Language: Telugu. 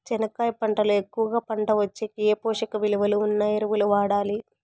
చెనక్కాయ పంట లో ఎక్కువగా పంట వచ్చేకి ఏ పోషక విలువలు ఉన్న ఎరువులు వాడాలి?